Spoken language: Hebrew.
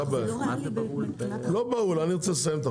אני רוצה לסיים את החוק.